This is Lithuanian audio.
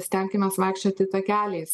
stenkimės vaikščioti takeliais